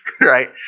Right